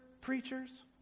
preachers